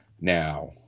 now